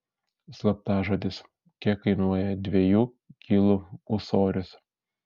slaptažodis kiek kainuoja dviejų kilų ūsorius